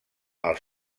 els